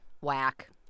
Whack